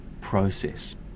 process